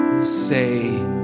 say